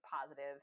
positive